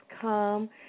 come